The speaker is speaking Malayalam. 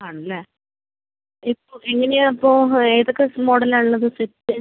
ആണല്ലേ ഇപ്പം എങ്ങനെയാണ് അപ്പോൾ ഏതൊക്കെ മോഡൽ ആണ് ഉള്ളത് സെറ്റ്